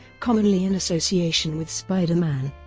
commonly in association with spider-man.